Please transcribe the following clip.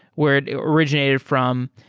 where it originated from.